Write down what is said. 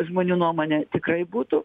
žmonių nuomonė tikrai būtų